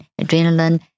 adrenaline